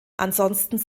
ansonsten